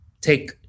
take